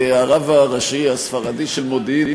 הרב הראשי הספרדי של מודיעין,